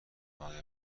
آیا